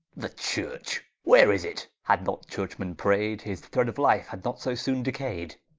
the church? where is it? had not church-men pray'd, his thred of life had not so soone decay'd.